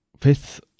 fifth